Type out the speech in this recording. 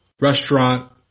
restaurant